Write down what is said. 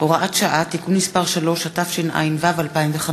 (הוראת שעה) (תיקון מס' 3), התשע"ו 2015,